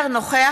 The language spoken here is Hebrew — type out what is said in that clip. יצחק